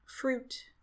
fruit